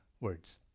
words